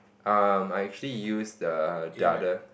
um I actually use the the other